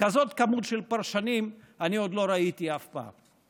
כזאת כמות של פרשנים אני עוד לא ראיתי אף פעם.